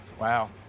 Wow